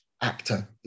actor